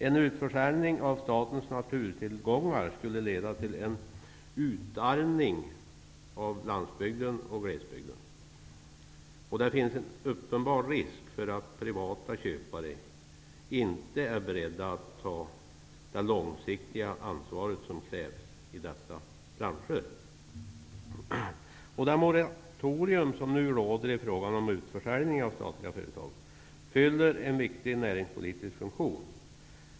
En utförsäljning av statens naturtillgångar skulle leda till en utarmning av landsbygden och glesbygden. Det finns en uppenbar risk för att privata köpare inte är beredda att ta det långsiktiga ansvar som krävs i dessa branscher. Det moratorium som nu råder i fråga om utförsäljning av statliga företag fyller en viktig näringspolitisk funktion.